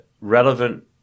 relevant